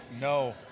no